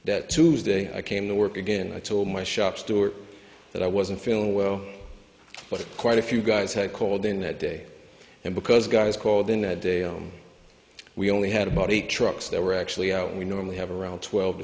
that tuesday i came to work again i told my shop steward that i wasn't feeling well but quite a few guys had called in that day and because guys called in that day we only had about eight trucks that were actually out we normally have around twelve or